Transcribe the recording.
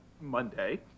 Monday